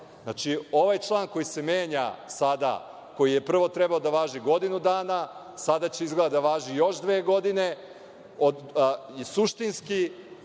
sata. Znači, ovaj član koji se menja sada, koji je prvo trebalo da važi godinu dana, sada će, izgleda, da važi još dve godine i suštinski